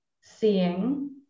seeing